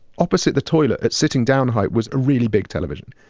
opposite the toilet at sitting-down height was a really big television.